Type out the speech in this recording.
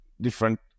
different